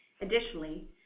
Additionally